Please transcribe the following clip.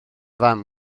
fam